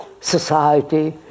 society